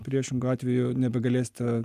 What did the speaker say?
priešingu atveju nebegalėsite